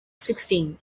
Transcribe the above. sixteen